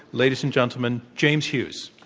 ladies and gentlemen, james hughes.